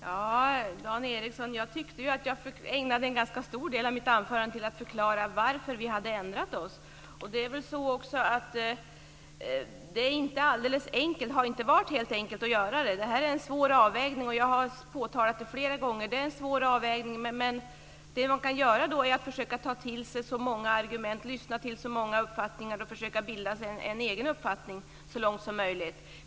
Herr talman! Jag tyckte att jag ägnade en ganska stor del av mitt anförande till att förklara varför vi hade ändrat oss, Dan Ericsson. Det har inte varit helt enkelt att göra det. Det är en svår avvägning. Jag har påtalat det flera gånger. Det man kan göra är att försöka ta till sig så många argument som möjligt och lyssna till så många uppfattningar som möjligt och försöka bilda sig en egen uppfattning.